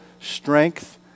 strength